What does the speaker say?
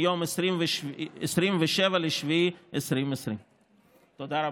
מיום 27 ביולי 2020. תודה רבה.